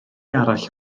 arall